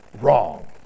wrong